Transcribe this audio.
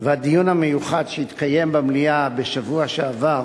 והדיון המיוחד שהתקיים במליאה בשבוע שעבר